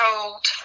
told